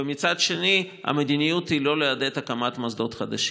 ומצד שני המדיניות היא לא לעודד הקמת מוסדות חדשים.